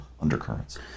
undercurrents